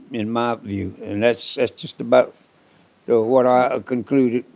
in my view, and that's just about what i concluded,